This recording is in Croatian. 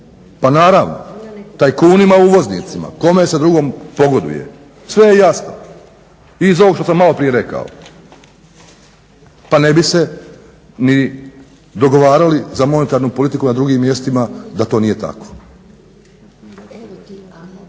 Pa naravno tajkunima uvoznicima. Kome se drugome pogoduje? Sve je jasno i iz ovog što sam maloprije rekao. Pa ne bi se ni dogovarali za monetarnu politiku na drugim mjestima da to nije tako.